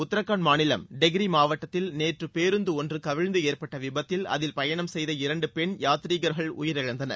உத்ராகண்ட் மாநிலம் டெகிரி மாவட்டத்தில் நேற்று பேருந்து ஒன்று கவிழ்ந்து ஏற்பட்ட விபத்தில் அதில் பயணம் செய்த இரண்டு பெண் யாத்ரீகர்கள் உயிரிழந்தனர்